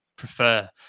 Prefer